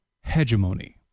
hegemony